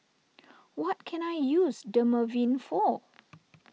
what can I use Dermaveen for